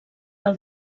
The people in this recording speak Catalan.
del